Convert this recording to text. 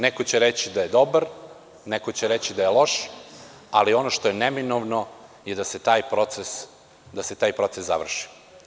Neko će reći da je dobar, neko će reći da je loš, ali ono što je neminovno je da se taj proces završi.